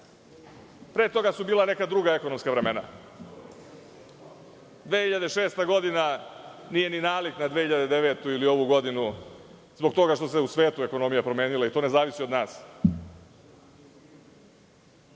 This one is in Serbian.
Pre toga su bila neka druga ekonomska vremena. Godina 2006. nije ni nalik na 2009. ili ovu godinu, zbog toga što se u svetu ekonomija promenila i to ne zavisi od